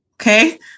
Okay